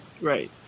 Right